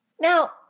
Now